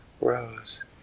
Rose